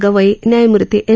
गवई न्यायमूर्ती एन